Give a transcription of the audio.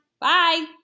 Bye